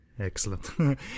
Excellent